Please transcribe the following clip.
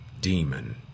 demon